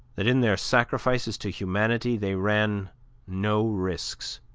that in their sacrifices to humanity they ran no risks,